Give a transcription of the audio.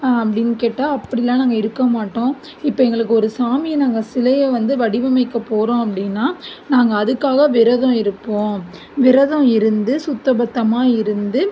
அப்படின்னு கேட்டால் அப்படிலாம் நாங்கள் இருக்க மாட்டோம் இப்போ எங்களுக்கு ஒரு சாமியை நாங்கள் சிலையை வந்து வடிவமைக்க போகிறோம் அப்படின்னா நாங்கள் அதுக்காக விரதம் இருப்போம் விரதம் இருந்து சுத்தபத்தமாக இருந்து